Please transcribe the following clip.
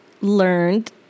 learned